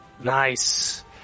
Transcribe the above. Nice